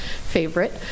favorite